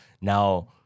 Now